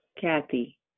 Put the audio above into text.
Kathy